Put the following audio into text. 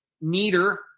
neater